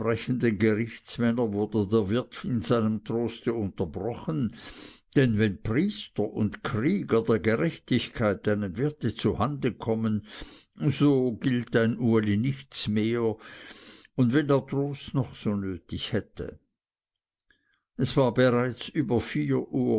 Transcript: gerichtsmänner wurde der wirt in seinem troste unterbrochen denn wenn priester und krieger der gerechtigkeit einem wirte zuhanden kommen gilt so ein uli nichts mehr und wenn er trost noch so nötig hätte es war bereits über vier